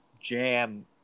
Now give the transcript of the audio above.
jam